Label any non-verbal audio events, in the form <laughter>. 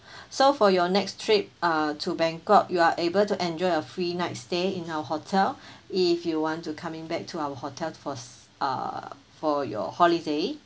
<breath> so for your next trip uh to bangkok you are able to enjoy a free night stay in our hotel if you want to coming back to our hotel for uh for your holiday